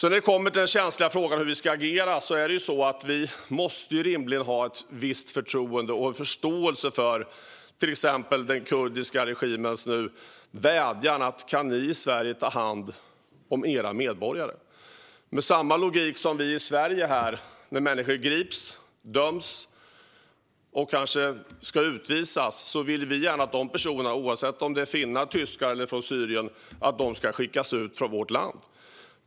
När det gäller den känsliga frågan om hur vi ska agera måste vi rimligen ha ett visst förtroende och förståelse för till exempel den kurdiska regimens vädjan: Kan ni i Sverige ta hand om era medborgare? Det är samma logik som vi i Sverige har när utländska personer grips här, döms och kanske ska utvisas. Då vill vi gärna att de, oavsett om de är finnar, tyskar eller syrier, ska skickas ut från vårt land.